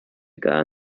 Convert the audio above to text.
gar